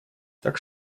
так